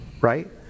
Right